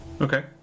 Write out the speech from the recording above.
Okay